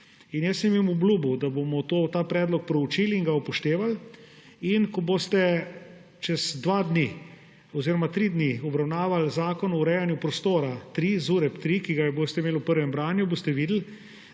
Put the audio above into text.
In jaz sem jim obljubil, da bomo ta predlog preučili in ga upoštevali. In ko boste čez dva dni oziroma tri dni obravnavali Zakon o urejanju prostora, ZUreP-3, ki ga boste imeli v prvem branju, boste videli,